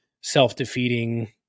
self-defeating